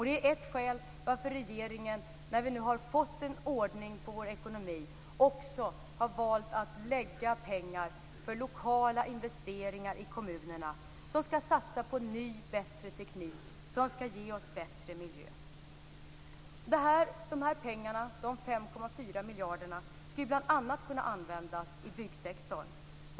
Det är ett skäl till varför regeringen, när vi nu har fått ordning på vår ekonomi, också har valt att lägga pengar på lokala investeringar i kommunerna för satsningar på ny, bättre teknik som skall ge oss bättre miljö. Dessa pengar, 5,4 miljarder, skall bl.a. kunna användas i byggsektorn.